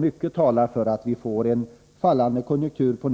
Mycket talar för att vi på nytt får en fallande konjunktur och